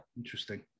Interesting